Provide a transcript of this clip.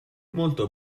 molto